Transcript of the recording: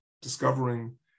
discovering